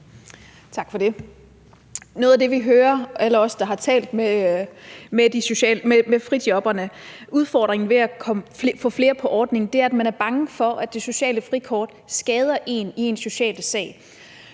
Noget af det, vi hører – alle os, der har talt med frijobberne – er, at udfordringen ved at få flere på ordningen er, at man er bange for, at det sociale frikort skader en i ens sociale sag.